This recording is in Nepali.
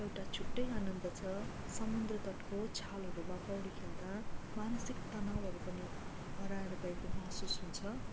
एउटा छुट्टै आनन्द छ समुद्र तटको छालहरूमा पौडी खेल्दा मानसिक तनावहरू पनि हराएर गएको महसुस हुन्छ